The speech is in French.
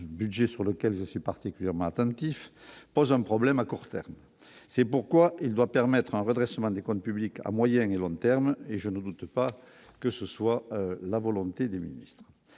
budget sur lequel je suis particulièrement attentif, posant un problème à court terme, c'est pourquoi il doit permettre un redressement des comptes publics à moyen et long terme et je ne doute pas que ce soit la volonté des ministres